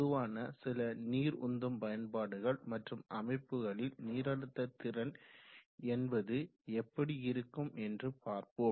பொதுவான சில நீர் உந்தும் பயன்பாடுகள் மற்றும் அமைப்புகளில் நீரழுத்த திறன் என்பது எப்படி இருக்கும் என்று பார்ப்போம்